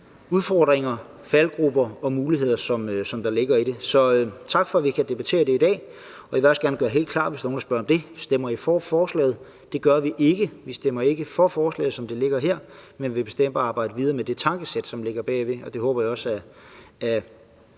udfordringer, faldgruber og muligheder, der ligger i det. Så tak for, at vi kan debattere det i dag. Jeg vil også gerne gøre helt klart, hvis der er nogle, der vil spørge, om vi stemmer for forslaget, at det gør vi ikke. Vi stemmer ikke for forslaget, som det ligger her, men vi vil bestemt arbejde videre med det tankesæt, som ligger bag, og det håber jeg også at